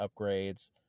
upgrades